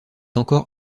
encore